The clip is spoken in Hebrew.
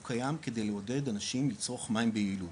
הוא קיים כדי לעודד אנשים לצרוך מים ביעילות,